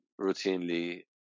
routinely